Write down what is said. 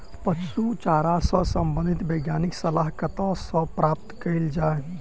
पशु चारा सऽ संबंधित वैज्ञानिक सलाह कतह सऽ प्राप्त कैल जाय?